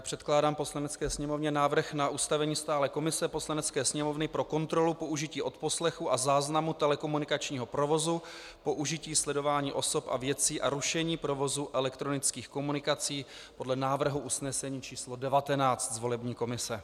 Předkládám Poslanecké sněmovně návrh na ustavení stálé komise Poslanecké sněmovny pro kontrolu použití odposlechu a záznamu telekomunikačního provozu, použití sledování osob a věcí a rušení provozu elektronických komunikací podle návrhu usnesení číslo 19 z volební komise.